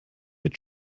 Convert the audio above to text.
mit